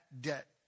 debt